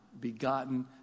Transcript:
begotten